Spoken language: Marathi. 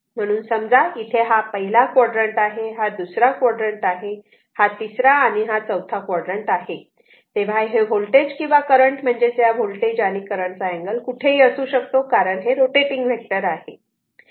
म्हणून समजा इथे हा पहिला क्वाड्रण्ट आहे हा दुसरा क्वाड्रण्ट आहे हा तिसरा क्वाड्रण्ट आहे आणि हा चौथा क्वाड्रण्ट आहे तेव्हा हे व्होल्टेज किंवा करंट म्हणजेच या व्होल्टेज आणि करंट चा अँगल कुठेही असू शकतो कारण हे रोटेटिंग वेक्टर आहे